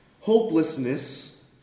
hopelessness